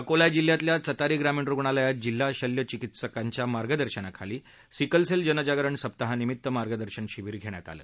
अकोला जिल्ह्यातल्या चतारी ग्रामीण रुग्णालयात जिल्हा शल्यचिकित्सकांच्या मार्गदर्शनाखाली सिकलसेल जनजागरण सप्ताहानिमित्त मार्गदर्शन शिबीर घेण्यात आलं